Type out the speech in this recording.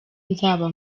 nzaba